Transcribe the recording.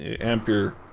Ampere